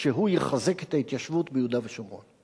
שהוא יחזק את ההתיישבות ביהודה ושומרון.